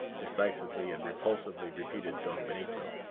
decisively and repulsively repeated don benito.